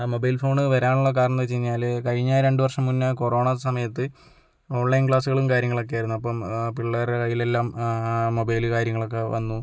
ആ mobile phone വരാനുള്ള കാരണമെന്ന് വെച്ച് കഴിഞ്ഞാൽ കഴിഞ്ഞ രണ്ട് വർഷം മുന്നേ കൊറോണ സമയത്ത് ഓൺലൈൻ ക്ലാസുകളും കാര്യങ്ങളൊക്കെ ആയിരുന്നു അപ്പം പിള്ളേരുടെ കൈയിൽ എല്ലാം മൊബൈൽ കാര്യങ്ങളൊക്കെ വന്നു